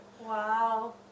Wow